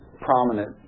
prominent